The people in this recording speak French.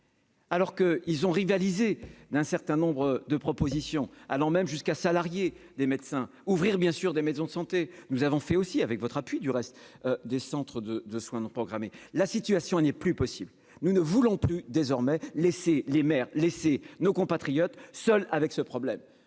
Alors que ils ont rivalisé d'un certain nombre de propositions, allant même jusqu'à salarier des médecins ouvrir bien sûr des maisons de santé, nous avons fait aussi avec votre appui du reste des centres de soins non programmés, la situation n'est plus possible, nous ne voulons plus désormais laisser les mères laisser nos compatriotes seul avec ce problème